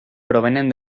provenen